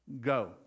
Go